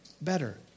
better